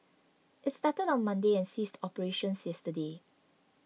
it started on Monday and ceased operations yesterday